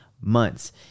months